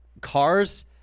cars